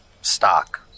stock